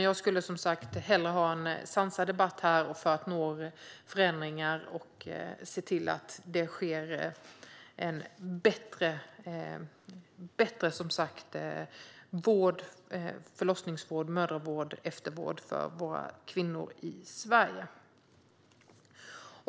Jag skulle som sagt hellre ha en sansad debatt här för att nå förändringar och se till att det sker en förbättring av förlossningsvård, mödravård och eftervård för våra kvinnor i Sverige.